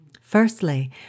Firstly